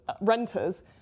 renters